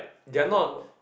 normal work